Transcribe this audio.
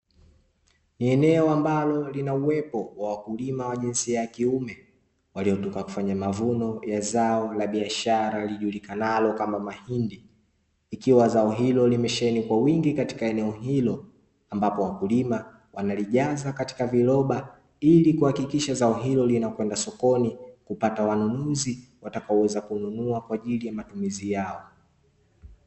Ni eneo ambalo lina uwepo wa wakulima wa jinsia ya kiume waliotoka kufanya mavuno ya zao la biashara lijulikanalo kama mahindi, ikiwa zao hilo limesheni kwa wingi katika eneo hilo ambapo wakulima wanalijaza katika viroba ili kuhakikisha zao hilo linakwenda sokoni kupata wanunuzi watakaoweza kununua kwa ajili ya matumizi yao.